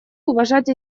уважать